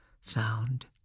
Sound